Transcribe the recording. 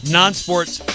non-sports